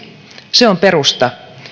se on perusta